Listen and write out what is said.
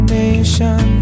nation